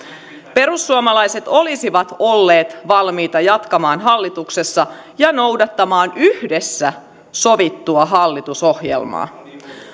perussuomalaiset olisivat olleet valmiita jatkamaan hallituksessa ja noudattamaan yhdessä sovittua hallitusohjelmaa